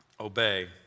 obey